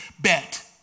bet